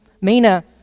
Mina